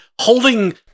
holding